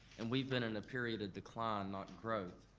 and we've been in a period of decline not growth.